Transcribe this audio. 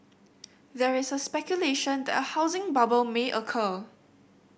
there is a speculation that a housing bubble may occur